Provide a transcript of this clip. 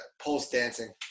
post-dancing